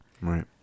Right